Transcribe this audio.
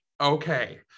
Okay